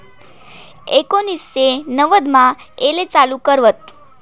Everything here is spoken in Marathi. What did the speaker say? एकोनिससे नव्वदमा येले चालू कर व्हत